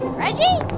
reggie?